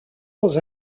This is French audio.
dans